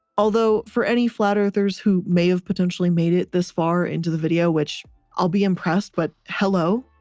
although, for any flat-earthers who may have potentially made it this far into the video which i'll be impressed, but hello.